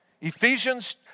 Ephesians